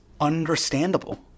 understandable